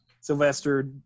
Sylvester